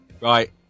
right